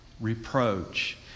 reproach